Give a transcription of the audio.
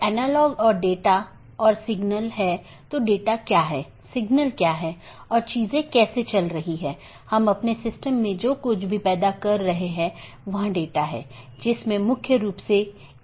यदि हम पूरे इंटरनेट या नेटवर्क के नेटवर्क को देखते हैं तो किसी भी सूचना को आगे बढ़ाने के लिए या किसी एक सिस्टम या एक नेटवर्क से दूसरे नेटवर्क पर भेजने के लिए इसे कई नेटवर्क और ऑटॉनमस सिस्टमों से गुजरना होगा